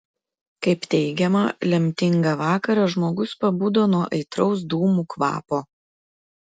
kaip teigiama lemtingą vakarą žmogus pabudo nuo aitraus dūmų kvapo